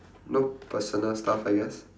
no personal stuff I guess